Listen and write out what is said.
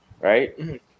right